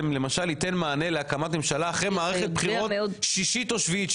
למשל ייתן מענה להקמת ממשלה אחרי מערכת בחירות שישית או שביעית,